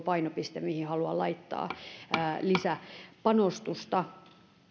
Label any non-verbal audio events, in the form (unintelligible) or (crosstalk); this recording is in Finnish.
(unintelligible) painopiste mihin haluan laittaa lisäpanostusta